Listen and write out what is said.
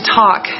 talk